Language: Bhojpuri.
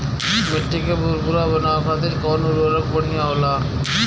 मिट्टी के भूरभूरा बनावे खातिर कवन उर्वरक भड़िया होखेला?